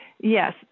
Yes